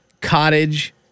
Cottage